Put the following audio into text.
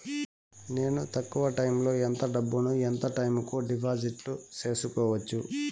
నేను తక్కువ టైములో ఎంత డబ్బును ఎంత టైము కు డిపాజిట్లు సేసుకోవచ్చు?